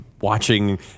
watching